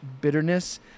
bitterness